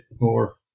more